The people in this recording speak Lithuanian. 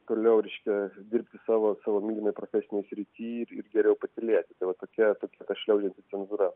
toliau reiškia dirbti savo savo mylimoj profesinėj srity ir geriau patylėti tai vat tokia tokia ta šliaužianti cenzūra